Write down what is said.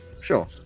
Sure